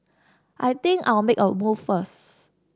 I think I'll make a move first